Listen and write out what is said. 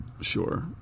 Sure